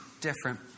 different